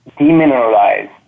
demineralized